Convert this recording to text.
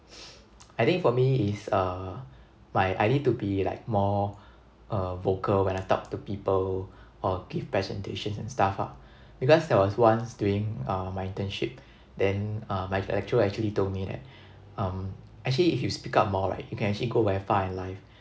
I think for me it's uh my I need to be like more uh vocal when I talk to people or give presentations and stuff ah because there was once during uh my internship then uh my lecturer actually told me that um actually if you speak up more right you can actually go very far in life